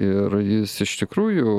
ir jis iš tikrųjų